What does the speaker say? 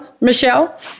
Michelle